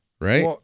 right